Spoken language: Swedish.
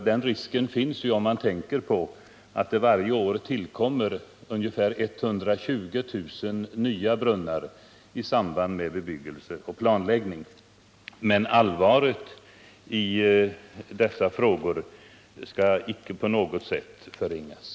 Den risken finns med tanke på att det varje år tillkommer ungefär 120 000 nya brunnar i samband med bebyggelse och planläggning, men allvaret i de frågor det här gäller skall icke på något sätt förringas.